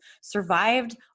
survived